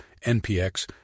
NPX